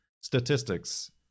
Statistics